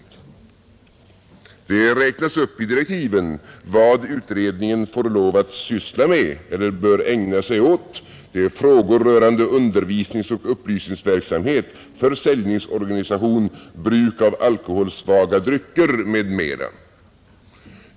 Det räknas upp i direktiven vad utredningen får lov att syssla med — eller bör ägna sig åt. Det är frågor rörande undervisningsoch upplysningsverksamhet, försäljningsorganisation, bruk av alkoholsvaga drycker m.m.